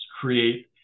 create